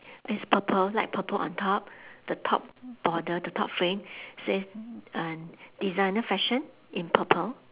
it's purple light purple on top the top border the top frame says uh designer fashion in purple